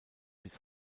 bis